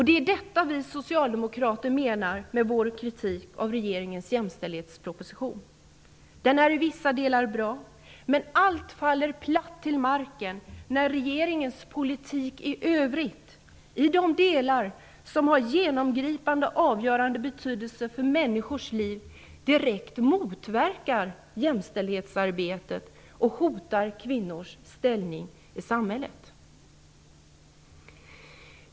Det är detta vi socialdemokrater menar med vår kritik av regeringens jämställdhetsproposition. Den är i vissa delar bra, men allt faller platt till marken när regeringens politik i övrigt -- i de delar som har genomgripande och avgörande betydelse för människors liv -- direkt motverkar jämställdhetsarbetet och hotar kvinnornas ställning i samhället.